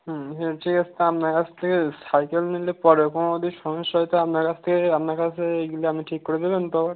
হুঁ হ্যাঁ সেক্ষেত্রে আপনার কাছ থেকে সাইকেল নিলে পরে কোনো যদি সমস্যা হয় তো আপনার কাছ থেকে আপনার কাছে এইগুলো আপনি ঠিক করে দেবেন তো